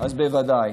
אז בוודאי.